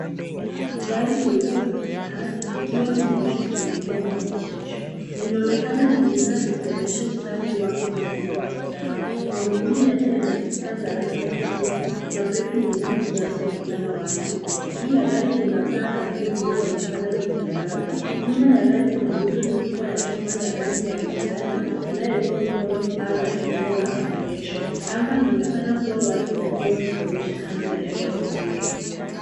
Gari jeusi la kifahari likiwa limeegeshwa kwenye eneo la maegesho. Linaonekana liking'aa likionyesha usafi wake na muundo wa kisasa. Magurudumu yake yana spika za rangi ya kijivu na braki nyekundu zinazoonekana wazi. Juu ya gari kuna paa la kioo linaloonekana likiangaza. Nyuma ya gari kuna miundo mikubwa ya chuma ya rangi ya manjano inayounga mkono paa le eneo la maegesho. Anga linaonekana kuwa wazi na jua likionyesha hali ya hewa nzuri.